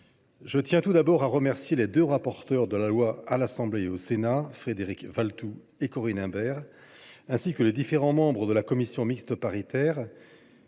je tiens tout d’abord à remercier les deux rapporteurs de la loi à l’Assemblée nationale et au Sénat, Frédéric Valletoux et Corinne Imbert, ainsi que les différents membres de la commission mixte paritaire.